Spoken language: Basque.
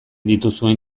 dituzuen